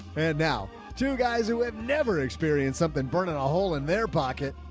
and now two guys who have never experienced something burning a hole in their pocket.